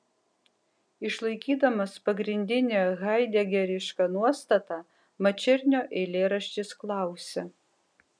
išlaikydamas pagrindinę haidegerišką nuostatą mačernio eilėraštis klausia